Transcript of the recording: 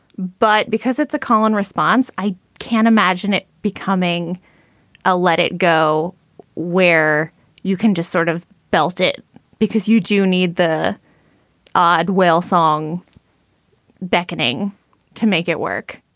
but because it's a common response, i can't imagine it becoming a let it go where you can just sort of belt it because you. you need the odd whale song beckoning to make it work.